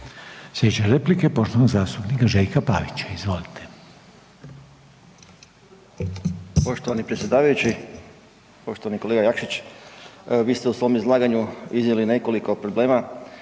je replika poštovanog zastupnika Ante Bačića. Izvolite.